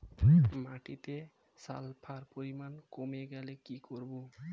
মাটিতে সালফার পরিমাণ কমে গেলে কি করব?